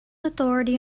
authority